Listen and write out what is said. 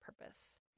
purpose